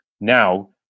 Now